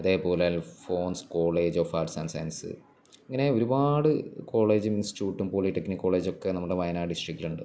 അതേപോലെ Alphons college of arts and science ഇങ്ങനെ ഒരുപാട് കോളേജും ഇൻസ്റ്റ്യൂട്ടും പോളിടെക്നിക് കോളേജൊക്കെ നമ്മുടെ വയനാട് ഡിസ്ട്രിക്റ്റിലുണ്ട്